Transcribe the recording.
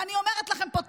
ואני אומרת לכם פה,